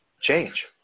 change